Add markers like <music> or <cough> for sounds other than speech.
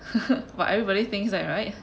<laughs> but everybody thinks that right